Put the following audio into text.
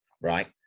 right